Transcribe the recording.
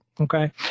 Okay